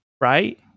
right